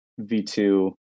v2